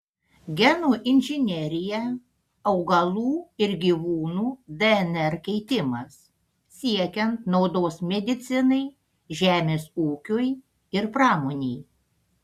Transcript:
genų inžinerija augalų ir gyvūnų dnr keitimas siekiant naudos medicinai žemės ūkiui ir pramonei